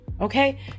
okay